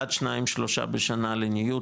אחד-שניים-שלושה לשנה לניוד,